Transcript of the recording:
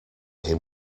him